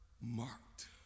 marked